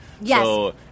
Yes